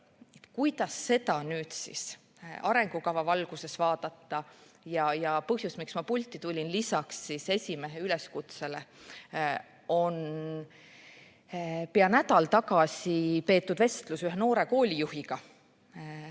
Kuidas seda nüüd arengukava valguses vaadata? Põhjus, miks ma pulti tulin, lisaks esimehe üleskutsele, on pea nädal tagasi peetud vestlus ühe noore koolijuhiga, kes